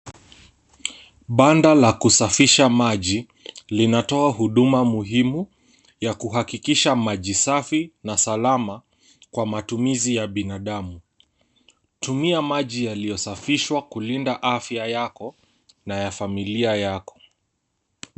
Banda la kusafisha maji linatoa huduma muhimu ya kuhakikisha maji safi na salama kwa matumizi ya binadamu. Tumia maji yaliyosafishwa kulinda afya yako na ya familia yako.